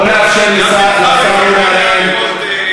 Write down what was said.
בואו ניתן לשר אורי אריאל.